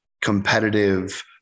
competitive